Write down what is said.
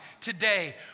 today